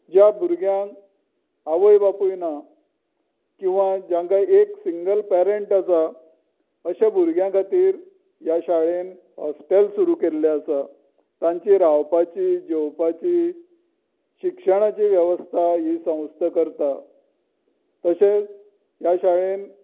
ज्या भुरग्यांक आवय बापूय ना किंवा जांकां एक सिंगल पेरंट आसा अशां भुरग्यां खातीर ह्या शाळेन हॉस्टेल सूरू केल्लें आसा तांची रावपाची जेवपाची शिक्षणाची वेवस्था ही संस्था करता तशेंच ह्या शाळेन